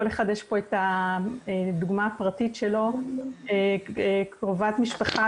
לכל אחד כאן יש את הדוגמה הפרטית שלו קרובת משפחה